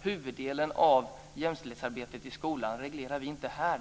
huvuddelen av jämställdhetsarbetet i skolan reglerar vi inte här, trots de förändringar vi kan göra.